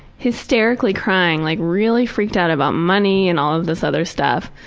hysterically crying, like really freaked out about money and all of this other stuff.